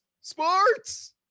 sports